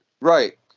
Right